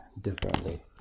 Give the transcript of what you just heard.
differently